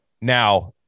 Now